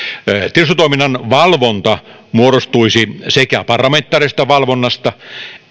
tiedustelutoiminnan valvonta muodostuisi sekä parlamentaarisesta valvonnasta